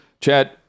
Chad